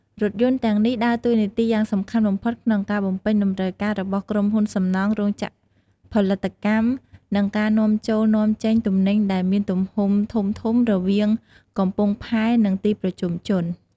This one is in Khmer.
រថយន្តទាំងនេះដើរតួនាទីយ៉ាងសំខាន់បំផុតក្នុងការបំពេញតម្រូវការរបស់ក្រុមហ៊ុនសំណង់ រោងចក្រផលិតកម្ម និងការនាំចូលនាំចេញទំនិញដែលមានទំហំធំៗរវាងកំពង់ផែនិងទីប្រជុំជន។